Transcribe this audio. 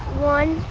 one.